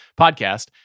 podcast